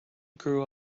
grew